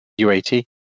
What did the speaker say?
UAT